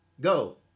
Go